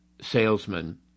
salesman